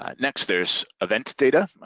ah next there's events data.